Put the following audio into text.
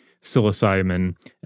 psilocybin